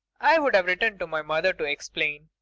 i'd have written to my mother to explain.